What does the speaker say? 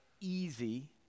easy